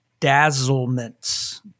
dazzlements